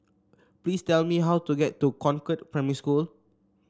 please tell me how to get to Concord Primary School